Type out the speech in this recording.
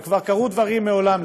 וכבר קרו דברים מעולם,